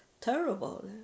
terrible